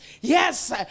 yes